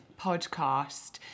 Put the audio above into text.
podcast